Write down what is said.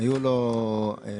היו לו המלצות,